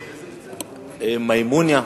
"אל מאמוניה",